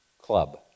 club